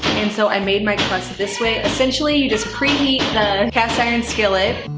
and so i made my crust this way. essentially you just preheat the cast iron skillet.